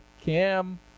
Kim